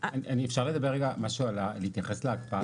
אפשר לדבר רגע, להתייחס להקפאה?